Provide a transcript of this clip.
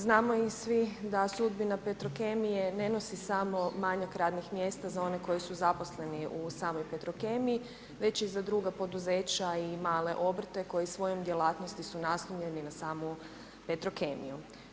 Znamo i svi da sudbina Petrokemije ne nosi samo manjak radnih mjesta za one koji su zaposleni u samoj Petrokemiji već i za druga poduzeća i male obrte koje svojom djelatnosti su naslonjeni na samu Petrokemiju.